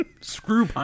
Screw